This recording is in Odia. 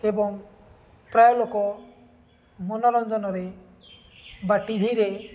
ଏବଂ ପ୍ରାୟ ଲୋକ ମନୋରଞ୍ଜନରେ ବା ଟିଭିରେ